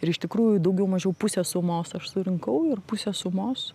ir iš tikrųjų daugiau mažiau pusę sumos aš surinkau ir pusę sumos